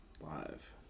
live